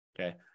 Okay